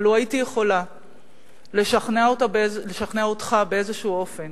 אבל לו הייתי יכולה לשכנע אותך באיזשהו אופן